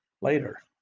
later